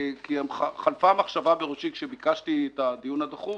כי חלפה מחשבה בראשי כאשר ביקשתי את הדיון הדחוף